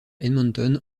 edmonton